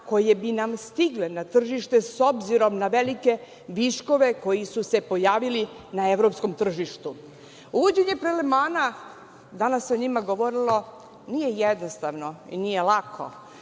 koje bi nam stigle na tržište, s obzirom na velike viškove koji su se pojavili na evropskom tržištu. Uvođenje prelevmana, danas se o njima govorilo, nije jednostavno i nije lako.